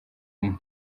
umwe